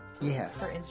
Yes